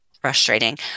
frustrating